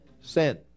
sin